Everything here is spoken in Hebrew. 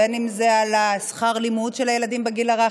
על שכר לימוד של ילדים בגיל הרך,